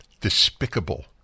despicable